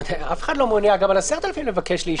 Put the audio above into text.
אף אחד לא מונע גם על קנס של 10,000 שקל לבקש להישפט.